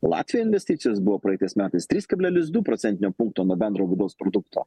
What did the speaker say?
latvijoj investicijos buvo praeitais metais trys kablelis du procentinio punkto nuo bendro vidaus produkto